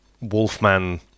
Wolfman